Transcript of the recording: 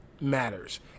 matters